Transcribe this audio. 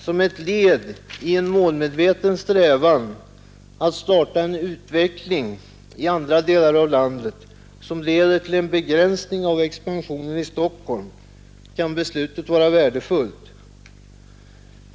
Som ett led i en målmedveten strävan att starta en utveckling i andra delar av landet, som leder till en begränsning av expansionen i Stockholm, kan beslutet vara värdefullt.